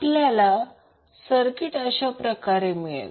आपल्याला सर्किट अशाप्रकारे मिळेल